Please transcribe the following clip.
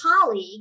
colleague